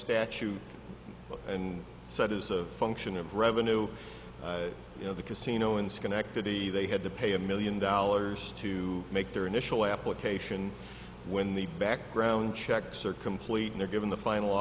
statute and so it is a function of revenue you know the casino in schenectady they had to pay a million dollars to make their initial application when the background checks are completely given the final